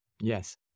Yes